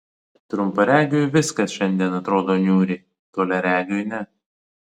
trumparegiui viskas šiandien atrodo niūriai toliaregiui ne